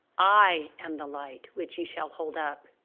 i am the light which ye shall hold up.